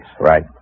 Right